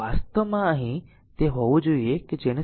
તેથી વાસ્તવમાં અહીં તે હોવું જોઈએ જેને 0